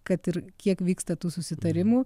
kad ir kiek vyksta tų susitarimų